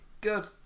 good